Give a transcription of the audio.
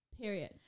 Period